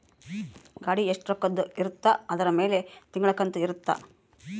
ಗಾಡಿ ಎಸ್ಟ ರೊಕ್ಕದ್ ಇರುತ್ತ ಅದುರ್ ಮೇಲೆ ತಿಂಗಳ ಕಂತು ಇರುತ್ತ